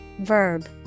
verb